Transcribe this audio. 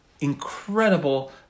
incredible